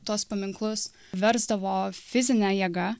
tuos paminklus versdavo fizine jėga